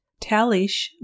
Talish